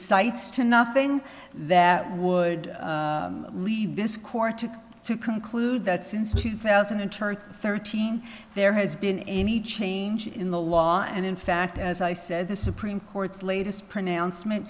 cites to nothing that would lead this court to conclude that since two thousand and thirteen there has been any change in the law and in fact as i said the supreme court's latest pronouncement